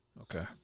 Okay